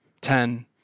ten